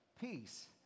Peace